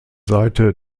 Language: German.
seite